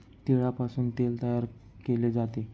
तिळापासून तेल तयार केले जाते